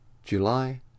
July